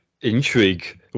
Intrigue